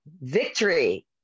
victory